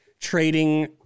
trading